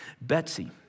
Betsy